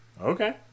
Okay